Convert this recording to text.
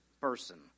person